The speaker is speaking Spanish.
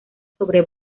sobre